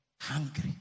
hungry